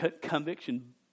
Conviction